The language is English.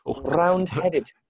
round-headed